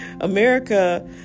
America